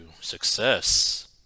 success